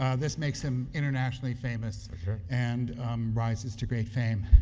ah this makes him internationally famous and rises to great fame.